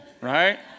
right